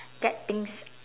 get things